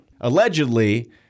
Allegedly